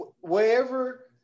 wherever